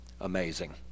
amazing